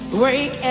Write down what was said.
break